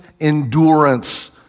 endurance